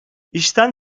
i̇şten